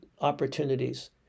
opportunities